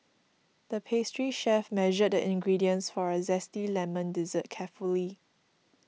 the pastry chef measured the ingredients for a Zesty Lemon Dessert carefully